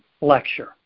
lecture